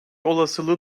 olasılığı